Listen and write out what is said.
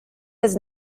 does